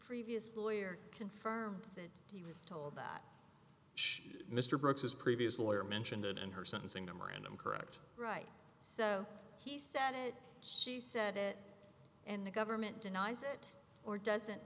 previous lawyer confirmed that he was told that she mr brooks his previous lawyer mentioned it in her sentencing memorandum correct right so he said she said it and the government denies it or doesn't